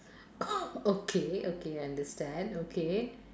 okay okay understand okay